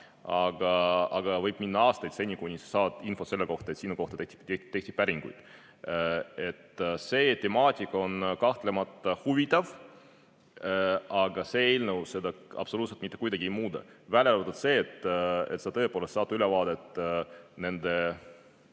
Aga võib minna aastaid, enne kui saad infot selle kohta, et sinu kohta tehti päringuid. See temaatika on kahtlemata huvitav, aga see eelnõu seda absoluutselt mitte kuidagi ei muuda, välja arvatud seda, et sa tõepoolest saad ülevaate nende